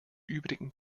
übrigen